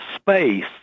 space